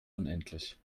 unendlich